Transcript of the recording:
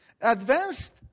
advanced